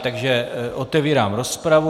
Takže otevírám rozpravu.